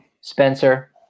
Spencer